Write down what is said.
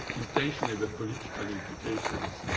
intentionally, the political implications.